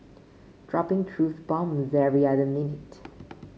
dropping truth bombs every other minute